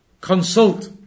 consult